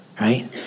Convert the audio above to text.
right